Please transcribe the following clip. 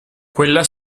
quella